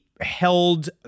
held